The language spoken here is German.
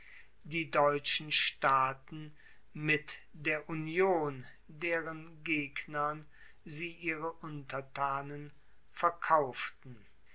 die deutschen staaten mit der union deren gegnern sie ihre untertanen verkauften